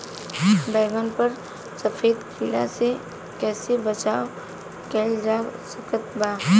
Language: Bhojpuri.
बैगन पर सफेद कीड़ा से कैसे बचाव कैल जा सकत बा?